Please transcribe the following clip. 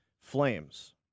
Flames